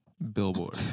Billboard